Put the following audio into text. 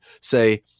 say